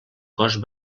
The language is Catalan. cost